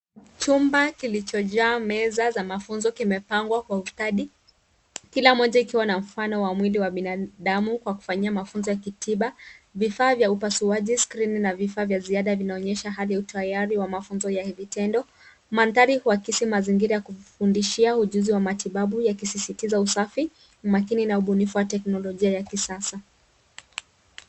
Chumba kilichojaa meza za mafunzo kimepangwa kwa ustadi kila moja ikiwa na mfano wa mwili wa binadamu kwa kufanyia mafunzo ya kitiba. Vifaa vya upasuaji, skrini na vifaa vy ziada vinaonyesha hali tayari ya mafunzo ya vitendo. Mandhari huakisi mazingira ya kufundishia, ujuzi wa matibabu yakisisitiza usafi, umakini na ubunifu wa teknolojia ya kisasa.